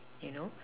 you know